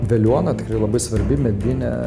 veliuona tikrai labai svarbi medinė